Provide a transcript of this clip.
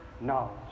knowledge